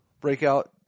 breakout